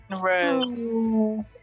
Right